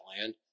land